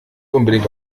unbedingt